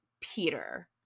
Peter